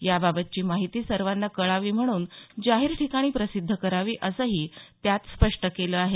याबाबतची माहिती सर्वांना कळावी म्हणून जाहीर ठिकाणी प्रसिद्ध करावी असंही त्यात स्पष्ट केलं आहे